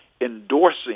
endorsing